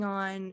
on